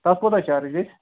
تَتھ کوتاہ جارِج گَژھِ